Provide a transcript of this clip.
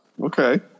Okay